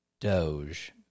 Doge